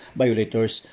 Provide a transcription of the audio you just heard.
violators